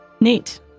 Neat